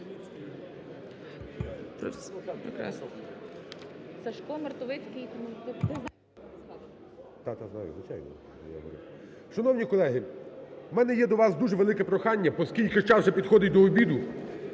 Шановні колеги, у мене до вас є дуже велике прохання, оскільки час вже підходить до обіду,